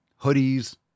hoodies